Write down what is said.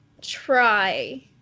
try